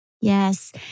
Yes